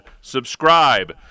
subscribe